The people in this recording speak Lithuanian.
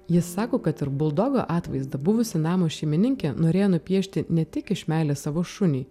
jis sako kad ir buldogo atvaizdą buvusi namo šeimininkė norėjo nupiešti ne tik iš meilės savo šuniui